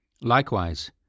Likewise